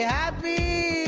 yeah happy